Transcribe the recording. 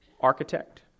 architect